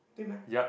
对吗